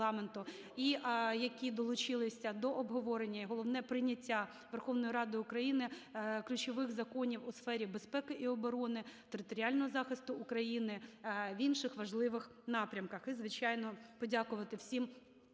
і які долучилися до обговорення, і головне, прийняття Верховною Радою України ключових законів у сфері безпеки і оборони, територіального захисту України, в інших важливих напрямках. І, звичайно, подякувати всім